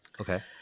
Okay